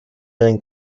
and